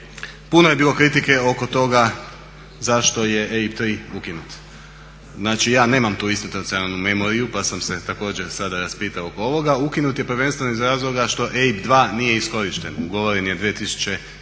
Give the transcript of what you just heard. Puno je bilo kritike oko toga zašto je EIB tri ukinut. Znači, ja nemam tu institucionalnu memoriju, pa sam se također sada raspitao oko ovoga. Ukinut je prvenstveno iz razloga što EIB 2 nije iskorišten. Ugovoren je 2004.